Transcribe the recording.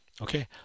okay